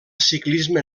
ciclisme